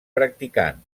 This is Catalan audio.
practicant